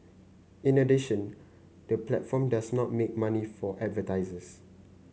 in addition the platform does not make money from advertisers